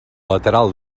lateral